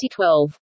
2012